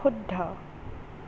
শুদ্ধ